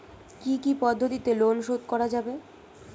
কি কি পদ্ধতিতে লোন শোধ করা যাবে?